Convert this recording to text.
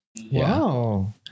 Wow